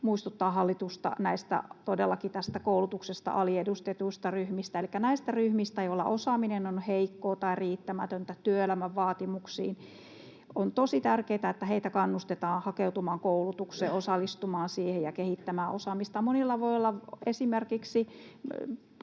muistuttaa hallitusta todellakin koulutuksessa aliedustetuista ryhmistä elikkä näistä ryhmistä, joilla osaaminen on heikkoa tai riittämätöntä työelämän vaatimuksiin. On tosi tärkeätä, että heitä kannustetaan hakeutumaan koulutukseen, osallistumaan siihen ja kehittämään osaamistaan. Monilla voi olla ongelmia